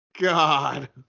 God